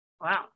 Wow